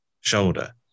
shoulder